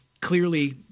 Clearly